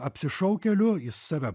apsišaukėliu jis save